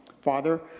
Father